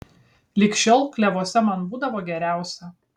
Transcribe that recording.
lig šiol klevuose man būdavo geriausia